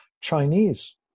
Chinese